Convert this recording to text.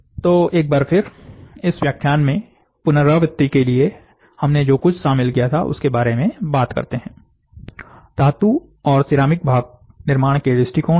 तो एक बार इस व्याख्यान में पुनरावृत्ति के लिए हमने जो कुछ शामिल किया था उसके बारे में बात करते हैं धातु और सिरेमिक भाग निर्माण के दृष्टिकोण क्या थे